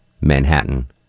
Manhattan